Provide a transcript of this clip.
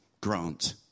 grant